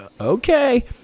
okay